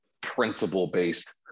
principle-based